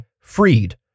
freed